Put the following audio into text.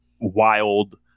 Wild